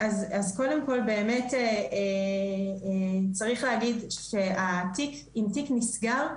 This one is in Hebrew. אז קודם כל באמת צריך להגיד שאם תיק נסגר,